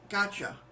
Gotcha